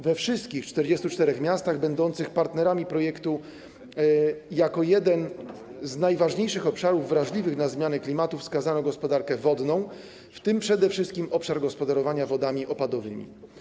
We wszystkich 44 miastach będących partnerami projektu jako jeden z najważniejszych obszarów wrażliwych na zmiany klimatu wskazano gospodarkę wodną, w tym przede wszystkim obszar gospodarowania wodami opadowymi.